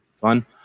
fun